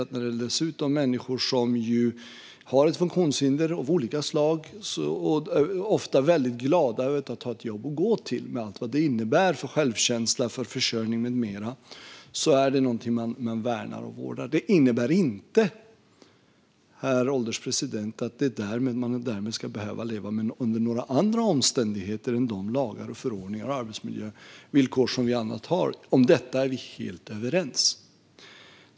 Det gäller dessutom människor som har funktionshinder av olika slag och som ofta är väldigt glada över att ha ett jobb att gå till med allt vad det innebär för självkänsla, försörjning med mera. Det är någonting man värnar och vårdar. Herr ålderspresident! Det innebär inte att de därmed ska behöva leva under några andra omständigheter än enligt de lagar och förordningar om arbetsmiljövillkor som vi andra har. Om detta är vi helt överens.